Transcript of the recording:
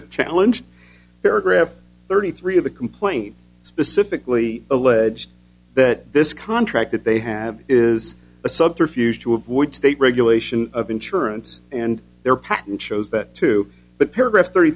a challenge paragraph thirty three of the complaint specifically alleged that this contract that they have is a subterfuge to avoid state regulation of insurance and their patent shows that too but paragraph thirty